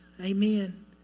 Amen